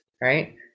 right